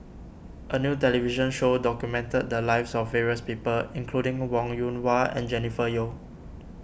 a new television show documented the lives of various people including Wong Yoon Wah and Jennifer Yeo